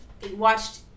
watched